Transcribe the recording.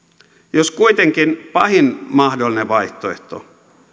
jos kuitenkin pahin mahdollinen vaihtoehto